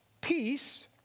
peace